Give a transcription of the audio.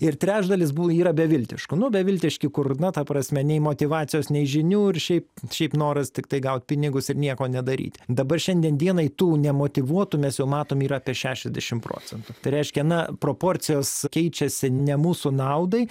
ir trečdalis buv yra beviltiškų nu beviltiški kur na ta prasme nei motyvacijos nei žinių ir šiaip šiaip noras tiktai gauti pinigus ir nieko nedaryti dabar šiandien dienai tų nemotyvuotų mes jau matom yra apie šešiasdešim procentų tai reiškia na proporcijos keičiasi ne mūsų naudai